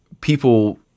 people